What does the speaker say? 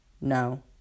No